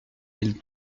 mille